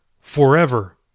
forever